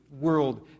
world